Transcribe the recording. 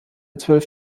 zwölf